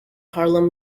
harlem